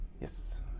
Yes